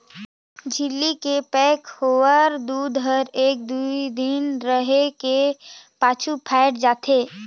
झिल्ली के पैक होवल दूद हर एक दुइ दिन रहें के पाछू फ़ायट जाथे